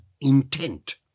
intent